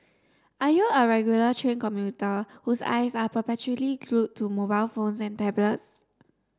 are you a regular train commuter whose eyes are perpetually glue to mobile phones and tablets